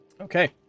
Okay